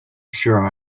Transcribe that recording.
sure